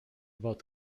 about